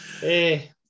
Hey